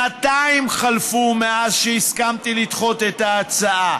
שנתיים חלפו מאז הסכמתי לדחות את ההצעה,